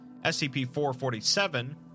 SCP-447